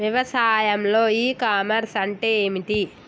వ్యవసాయంలో e commerce అంటే ఏమిటి?